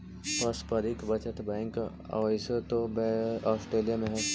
पारस्परिक बचत बैंक ओइसे तो ऑस्ट्रेलिया में हइ